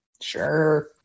sure